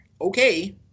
okay